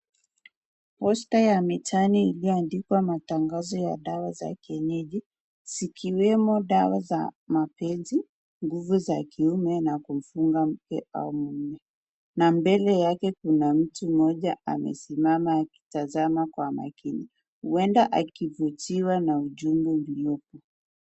Posta ya Michane iliyoandikwa matangazo ya dawa za kienyeji, zikiwemo dawa za mapenzi nguvu za kiume na kumfunga mke au mume na mbele yake kuna mtu mmoja amesimama akitazama kwa makini, huenda akivutiwa na ujumbe uliopo.